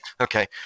Okay